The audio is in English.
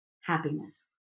happiness